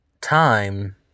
time